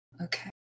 Okay